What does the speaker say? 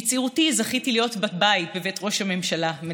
בצעירותי זכיתי להיות בת בית בבית ראש הממשלה ורעייתו,